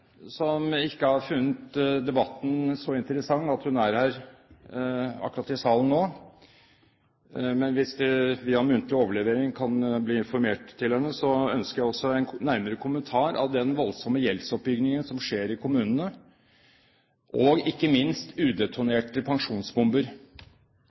som ikke har funnet debatten så interessant at hun er her i salen akkurat nå. Men hvis hun via muntlig overlevering kan bli informert, ønsker jeg også en nærmere kommentar til den voldsomme gjeldsoppbyggingen som skjer i kommunene, og ikke minst